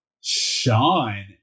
Sean